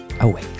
away